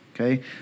okay